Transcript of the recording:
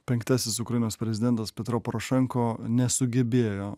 penktasis ukrainos prezidentas petro porošenko nesugebėjo